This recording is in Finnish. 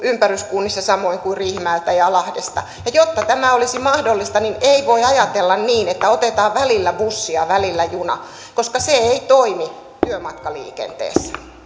ympäryskunnissa samoin kuin riihimäeltä ja lahdesta ja jotta tämä olisi mahdollista niin ei voi ajatella niin että otetaan välillä bussi ja välillä juna koska se ei toimi työmatkaliikenteessä